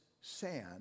sand